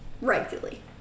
regularly